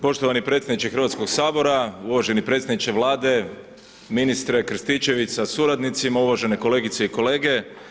Poštovani predsjedniče Hrvatskoga sabora, uvaženi predsjedniče Vlade, ministre Krstičević sa suradnicima, uvažene kolegice i kolege.